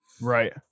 right